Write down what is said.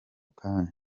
kanya